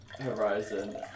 horizon